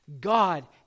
God